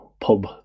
pub